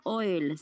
oil